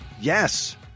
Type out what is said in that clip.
Yes